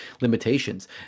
limitations